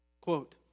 quote